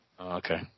Okay